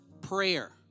Prayer